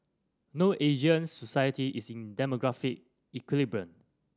no Asian society is in demographic equilibrium